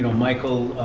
michael,